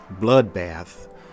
bloodbath